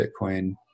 Bitcoin